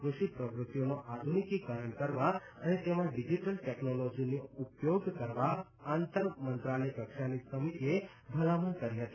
કૃષિ પ્રવૃત્તિઓનો આધુનિકીકરણ કરવા અને તેમાં ડિજીટલ ટેકનોલોજીનો ઉપયોગ કરવા આંતર મંત્રાલય કક્ષાની સમિતીએ ભલામણ કરી હતી